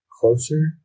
closer